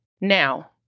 Now